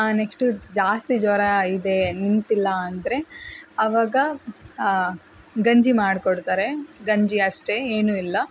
next ಜಾಸ್ತಿ ಜ್ವರ ಇದೆ ನಿಂತಿಲ್ಲ ಅಂದರೆ ಅವಾಗ ಗಂಜಿ ಮಾಡಿಕೊಡ್ತಾರೆ ಗಂಜಿ ಅಷ್ಟೇ ಏನೂ ಇಲ್ಲ